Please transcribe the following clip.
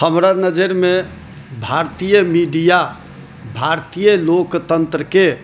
हमरा नजरिमे भारतीय मीडिआ भारतीय लोकतंत्रके